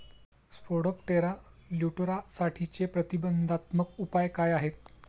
Spodoptera लिट्युरासाठीचे प्रतिबंधात्मक उपाय काय आहेत?